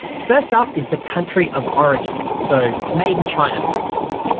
first up is the country of origin. so made in china for instance.